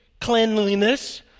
cleanliness